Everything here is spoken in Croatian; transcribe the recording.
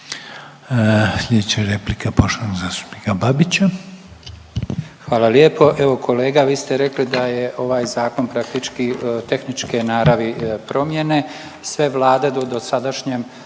Sljedeća replika poštovanog zastupnika Babića.